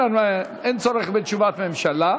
אין צורך בתשובת הממשלה.